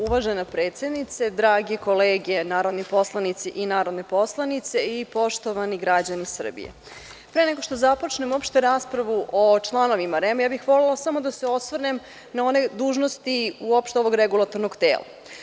Uvažena predsednice, drage kolege narodni poslanici i narodne poslanice, poštovani građani Srbije, pre nego što započnem uopšte raspravu o članovima REM, volela bih samo da se osvrnem na one dužnosti uopšte ovog regulatornog tela.